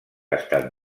estat